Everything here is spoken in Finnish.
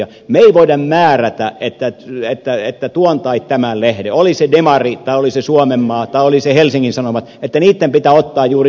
me emme voi määrätä että tuon tai tämän lehden oli se demari tai oli se suomenmaa tai oli se helsingin sanomat pitää ottaa juuri suomalaista